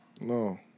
No